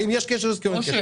האם יש קשר עסקי או לא.